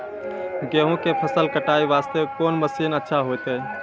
गेहूँ के फसल कटाई वास्ते कोंन मसीन अच्छा होइतै?